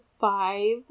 five